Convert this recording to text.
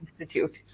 Institute